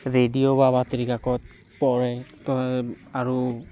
radio বা বাতৰি কাকত পঢ়ে আৰু